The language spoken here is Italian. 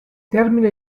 termina